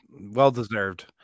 Well-deserved